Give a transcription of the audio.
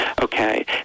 okay